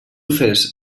fes